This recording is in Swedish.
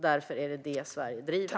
Därför är det detta som Sverige driver.